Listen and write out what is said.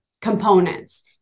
components